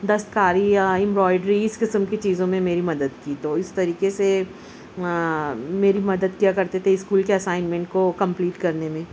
دستکاری یا انبرائڈری اس قسم کی چیزوں میں میری مدد کی تو اس طریقے سے میری مدد کیا کرتے تھے اسکول کے اسائنمینٹ کو کمپلیٹ کرنے میں